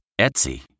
Etsy